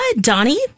Donnie